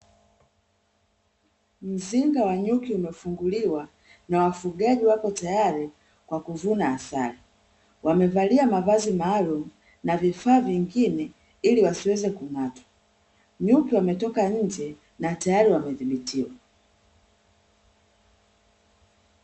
Mzinga wa nyuki umefunguliwa na wafugaji wako tayari kwa kuvuna asali, wamevalia mavazi maalumu na vifaa vingine ili wasiweze kung'atwa; nyuki wametoka nje na tayari wamedhibitiwa.